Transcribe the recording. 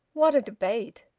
what a debate!